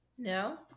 No